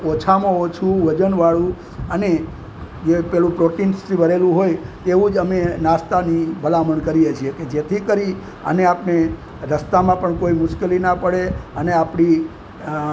ઓછામાં ઓછું વજનવાળું અને જે પેલું પ્રોટીન્સથી ભરેલું હોય એવું જ અમે નાસ્તાની ભલામણ કરીએ છીએ કે જેથી કરી અને આપણે રસ્તામાં પણ કોઈ મુશ્કેલીના પડે અને આપણી